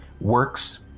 works